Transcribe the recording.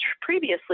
previously